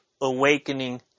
awakening